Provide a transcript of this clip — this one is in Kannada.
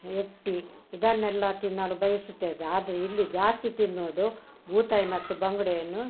ಎಟ್ಟಿ ಇದನ್ನೆಲ್ಲ ತಿನ್ನಲು ಬಯಸುತ್ತೇವೆ ಆದರೆ ಇಲ್ಲಿ ಜಾಸ್ತಿ ತಿನ್ನೋದು ಬೂತಾಯಿ ಮತ್ತು ಬಂಗಡೆಯನ್ನು